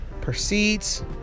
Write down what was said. proceeds